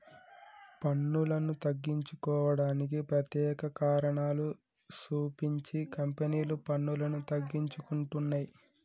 పన్నులను తగ్గించుకోవడానికి ప్రత్యేక కారణాలు సూపించి కంపెనీలు పన్నులను తగ్గించుకుంటున్నయ్